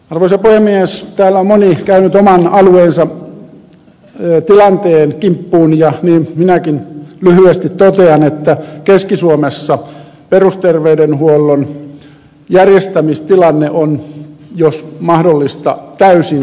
täällä on moni käynyt oman alueensa tilanteen kimppuun ja niin minäkin lyhyesti totean että keski suomessa perusterveydenhuollon järjestämistilanne on jos mahdollista täysin sekaisin